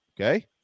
Okay